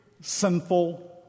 sinful